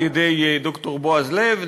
על-ידי ד"ר בועז לב,